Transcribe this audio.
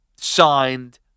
signed